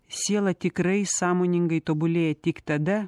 siela tikrai sąmoningai tobulėja tik tada